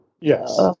Yes